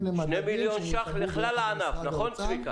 למנגנונים שייקבעו ביחד עם משרד החקלאות.